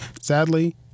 Sadly